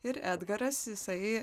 ir edgaras jisai